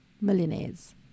millionaires